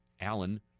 Allen